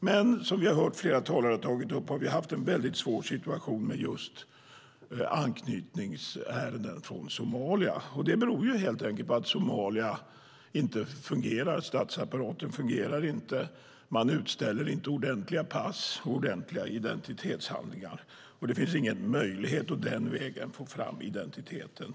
Men flera talare har tagit upp att det har varit en svår situation med anknytningsärenden från Somalia. Det beror på att statsapparaten i Somalia inte fungerar. Landet utställer inte ordentliga pass och identitetshandlingar, och det finns ingen möjlighet att den vägen få fram identiteten.